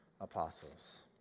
apostles